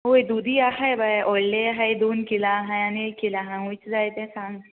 होय दुदी आहाय बाये व्हडले आहाय दोन किलां आहाय आनी एक किला आहा खुनचे जाय तें सांग